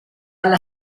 alla